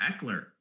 Eckler